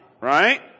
Right